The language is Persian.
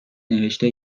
نوشته